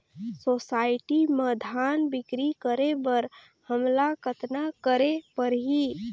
Society म धान बिक्री करे बर हमला कतना करे परही?